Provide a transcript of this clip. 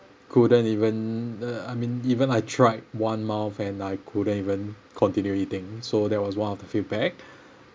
couldn't even uh I mean even I tried one mouth and I couldn't even continue eating so that was one of the feedback